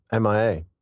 MIA